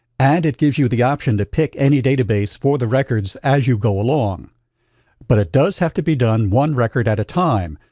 and it gives you the option to pick any database for the records as you go along but it does have to be done one record at a time.